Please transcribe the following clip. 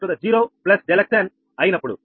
xn ∆xn అయినప్పుడు